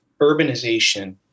urbanization